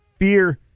Fear